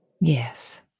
Yes